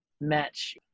match